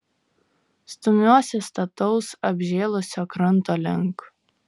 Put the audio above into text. stumiuosi stataus apžėlusio kranto link